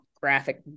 graphic